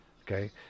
Okay